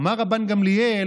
אמר רבן גמליאל,